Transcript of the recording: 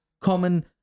common